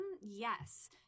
Yes